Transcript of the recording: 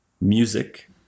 music